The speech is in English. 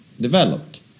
developed